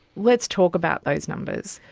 let's talk about those numbers.